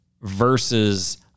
versus